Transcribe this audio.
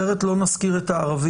אחרת לא נזכיר את הערבית.